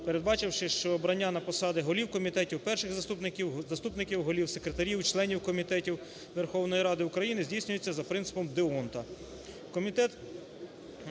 передбачивши, що обрання на посади голів комітетів, перших заступників, заступників голів, секретарів і членів комітетів Верховної Ради України здійснюється за принципом д'Ондта.